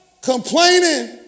complaining